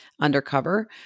undercover